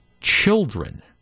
children